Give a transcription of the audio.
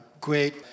great